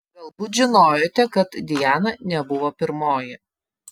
galbūt žinojote kad diana nebuvo pirmoji